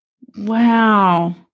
wow